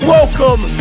Welcome